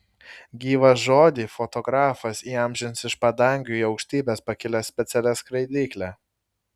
gyvą žodį fotografas įamžins iš padangių į aukštybes pakilęs specialia skraidykle